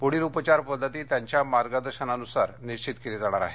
पुढील उपचार पद्धती त्यांच्या मार्गदर्शनानुसार निश्चित केली जाणार आहे